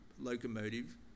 locomotive